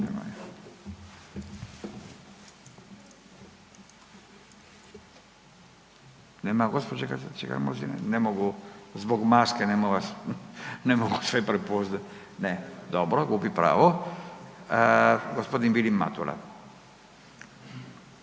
Nema gospođe Katice Glamuzine, ne mogu zbog maske, ne mogu vas, ne mogu sve prepoznat. Ne, dobro, gubi pravo. g. Vilim Matula.